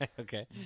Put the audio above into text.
Okay